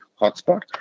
Hotspot